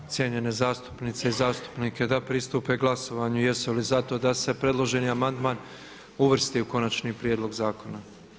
Molim cijenjene zastupnice i zastupnike da pristupe glasovanju jesu li za to da se predloženi amandman uvrsti u končani prijedlog zakona.